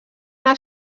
una